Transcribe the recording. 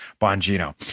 Bongino